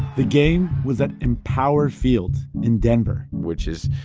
the game was at empower field in denver which is,